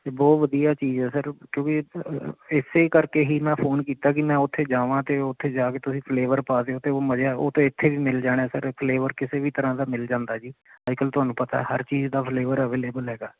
ਅਤੇ ਬਹੁਤ ਵਧੀਆ ਚੀਜ਼ ਹੈ ਸਰ ਕਿਉਂਕਿ ਇਸ ਕਰਕੇ ਹੀ ਮੈਂ ਫੋਨ ਕੀਤਾ ਕਿ ਮੈਂ ਉੱਥੇ ਜਾਵਾਂ ਅਤੇ ਉੱਥੇ ਜਾ ਕੇ ਤੁਸੀਂ ਫਲੇਵਰ ਪਾ ਦਿਓ ਤਾਂ ਉਹ ਮਜ਼ਾ ਉਹ ਤਾਂ ਇੱਥੇ ਵੀ ਮਿਲ ਜਾਣਾ ਸਰ ਫਲੇਵਰ ਕਿਸੇ ਵੀ ਤਰ੍ਹਾਂ ਦਾ ਮਿਲ ਜਾਂਦਾ ਜੀ ਅੱਜ ਕੱਲ੍ਹ ਤੁਹਾਨੂੰ ਪਤਾ ਹਰ ਚੀਜ਼ ਦਾ ਫਲੇਵਰ ਅਵੇਲੇਵਲ ਹੈਗਾ